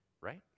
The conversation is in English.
right